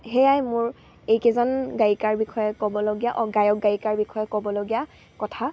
সেয়াই মোৰ এইকেইজন গায়িকাৰ বিষয়ে ক'বলগীয়া অ গায়ক গায়িকাৰ বিষয়ে ক'বলগীয়া কথা